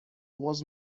was